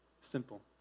simple